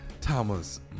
Thomas